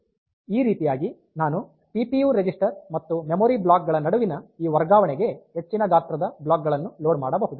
ಈ ರೀತಿಯಾಗಿ ನಾನು ಸಿ ಪಿ ಯು ರಿಜಿಸ್ಟರ್ ಮತ್ತು ಮೆಮೊರಿ ಬ್ಲಾಕ್ ಗಳ ನಡುವಿನ ಈ ವರ್ಗಾವಣೆಗೆ ಹೆಚ್ಚಿನ ಗಾತ್ರದ ಬ್ಲಾಕ್ ಗಳನ್ನುಲೋಡ್ ಮಾಡಬಹುದು